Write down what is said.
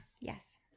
Yes